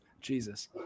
Jesus